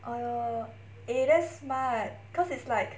err eh that's smart cause it's like